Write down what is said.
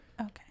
Okay